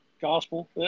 Gospel